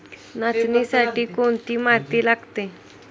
नाचणीसाठी कोणती माती लागते?